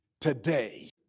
today